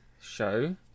show